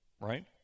right